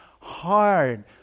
hard